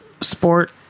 sport